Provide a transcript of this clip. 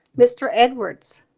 mr edwards,